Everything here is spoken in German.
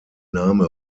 name